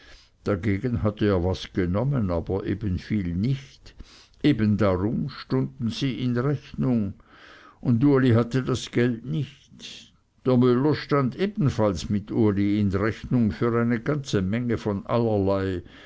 dagegen hatte er was genommen aber eben viel nicht eben darum stunden sie in rechnung und uli hatte das geld nicht der müller stand ebenfalls mit uli in rechnung für eine ganze menge von allerlei